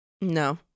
No